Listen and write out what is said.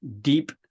deep